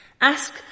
Ask